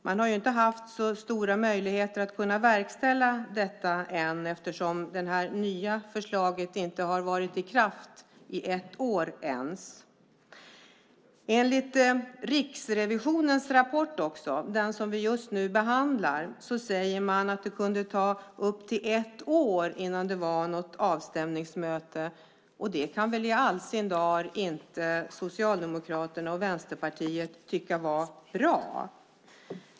Man har inte haft så stora möjligheter att verkställa detta eftersom det nya förslaget ännu inte har varit i kraft i ens ett år. I Riksrevisionens rapport, som vi just nu behandlar, säger man att det kunde ta upp till ett år innan det var något avstämningsmöte. Det kan väl i all sin dar inte Socialdemokraterna och Vänsterpartiet tycka är bra?